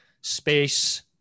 space